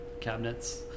cabinets